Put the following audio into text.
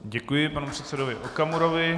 Děkuji panu předsedovi Okamurovi.